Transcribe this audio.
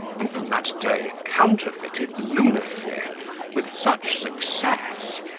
and from that day counterfeited lunacy with such success,